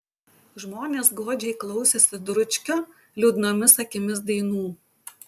žmonės godžiai klausėsi dručkio liūdnomis akimis dainų